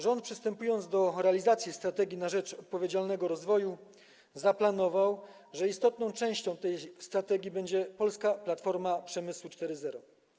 Rząd, przystępując do realizacji „Strategii na rzecz odpowiedzialnego rozwoju”, zaplanował, że istotną częścią tej strategii będzie „Polska Platforma Przemysłu 4.0”